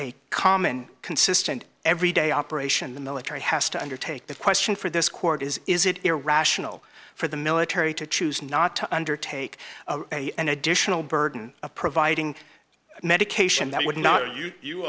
a common consistent every day operation the military has to undertake the question for this court is is it irrational for the military to choose not to undertake an additional burden of providing medication that would not or you